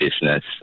business